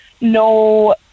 no